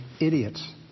idiots